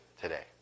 today